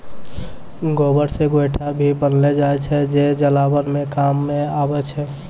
गोबर से गोयठो भी बनेलो जाय छै जे जलावन के काम मॅ आबै छै